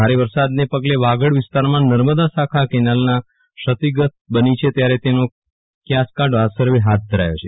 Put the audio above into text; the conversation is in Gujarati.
ભારે વરસાદને પગલે વાગડ વિસ્તારમાં નર્મદા શાખા કેનાનલ ક્ષતિગ્રસ્ત બની છે ત્યારે તેનો કયાસ કાઢવા સર્વે હાથ ધરાયો છે